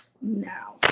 now